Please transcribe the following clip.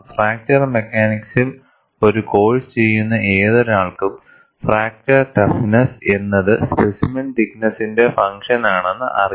fracture മെക്കാനിക്സിൽ ഒരു course ചെയ്യുന്ന ഏതൊരാൾക്കും ഫ്രാക്ചർ ടഫ്നെസ്സ് എന്നത് സ്പെസിമെൻ തിക്ക് നെസ്സിന്റെ ഫങ്ഷൻ ആണെന്ന് അറിയാം